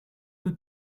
peu